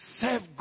serve